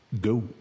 Go